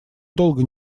долго